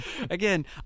Again